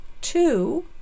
two